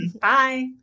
Bye